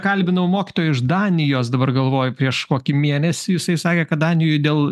kalbinau mokytoją iš danijos dabar galvoju prieš kokį mėnesį jisai sakė kad danijoj dėl